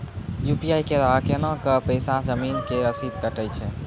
UPI के द्वारा केना कऽ पैसा जमीन के रसीद कटैय छै?